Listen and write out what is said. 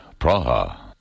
Praha